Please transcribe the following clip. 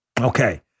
Okay